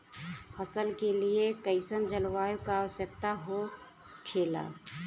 फसल के लिए कईसन जलवायु का आवश्यकता हो खेला?